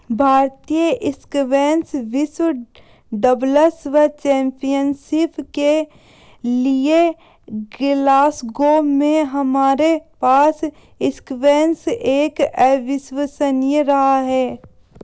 भारतीय स्क्वैश विश्व doubles championship के लिएग्लासगो में हमारे पास स्क्वैश एक अविश्वसनीय रहा है